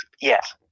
yes